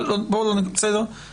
זאת הערת צד שלי.